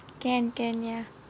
can can ya